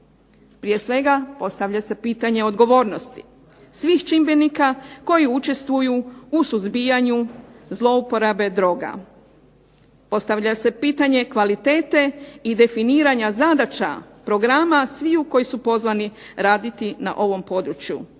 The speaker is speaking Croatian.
Prije svega postavlja se pitanje odgovornosti svih čimbenika koji učestvuju u suzbijanju zlouporabe droga. Postavlja se pitanje kvalitete i definiranja zadaća programa sviju koji su pozvani raditi na ovom području.